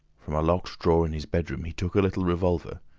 from a locked drawer in his bedroom he took a little revolver,